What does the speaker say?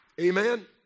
Amen